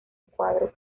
cuadro